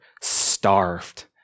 starved